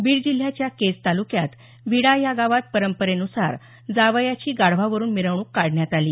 बीड जिल्ह्याच्या केज तालुक्यात विडा या गावात परंपरेनुसार जावयाची गाढवावरून मिरवणूक काढण्यात आली